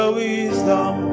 wisdom